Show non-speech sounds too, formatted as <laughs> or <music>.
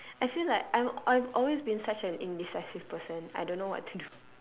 I feel like I'm I've always been an indecisive person I don't know what to do <laughs>